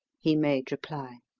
he made reply.